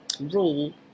rule